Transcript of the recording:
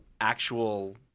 actual